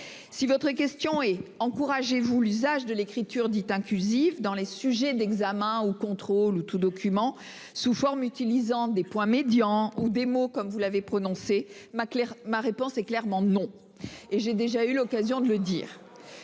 si votre question est encouragé vous l'usage de l'écriture dite inclusive dans les sujets d'examen ou contrôle ou tout document sous forme utilisant des points médians ou des mots comme vous l'avez prononcé ma, ma réponse est clairement non et j'ai déjà eu l'occasion de le dire.